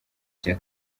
cya